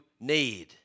need